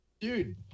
Dude